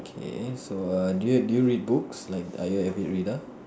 okay so err do you do you read book or are you avid reader